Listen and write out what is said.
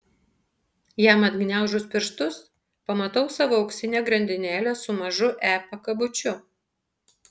jam atgniaužus pirštus pamatau savo auksinę grandinėlę su mažu e pakabučiu